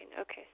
Okay